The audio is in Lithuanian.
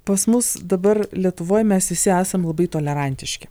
pas mus dabar lietuvoj mes visi esam labai tolerantiški